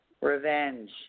Revenge